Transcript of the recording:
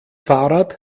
fahrrad